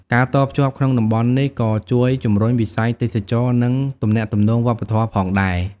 ការតភ្ជាប់ក្នុងតំបន់នេះក៏ជួយជំរុញវិស័យទេសចរណ៍និងទំនាក់ទំនងវប្បធម៌ផងដែរ។